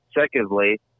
Secondly